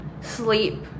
sleep